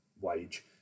wage